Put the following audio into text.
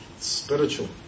spiritual